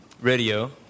radio